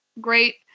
great